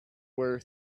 were